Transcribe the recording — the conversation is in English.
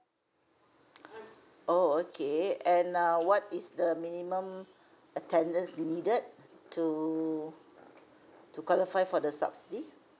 oh okay and uh what is the minimum attendance needed to to qualify for the subsidy